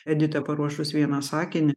edita paruošus vieną sakinį